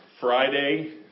Friday